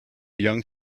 young